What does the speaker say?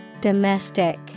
Domestic